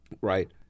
right